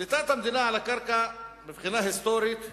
שליטת המדינה על הקרקע, מבחינה היסטורית,